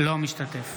אינו משתתף